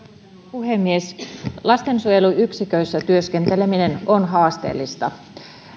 puhemies lastensuojelun yksiköissä työskenteleminen on haasteellista